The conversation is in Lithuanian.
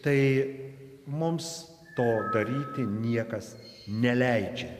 tai mums to daryti niekas neleidžia